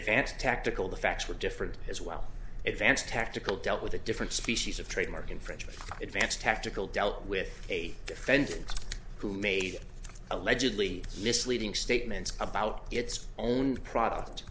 advance tactical the facts were different as well events tactical dealt with a different species of trademark infringement advance tactical dealt with a defendant who made allegedly misleading statements about its own product